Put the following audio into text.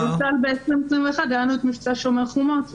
למשל ב-2021 היה לנו מבצע שומר חומות,